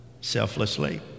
Selflessly